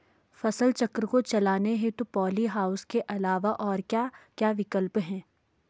फसल चक्र को चलाने हेतु पॉली हाउस के अलावा और क्या क्या विकल्प हैं?